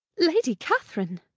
lady catherine!